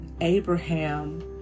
Abraham